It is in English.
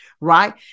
Right